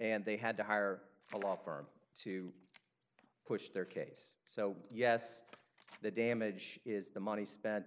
and they had to hire a law firm to push their case so yes the damage is the money spent